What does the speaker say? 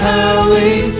Howling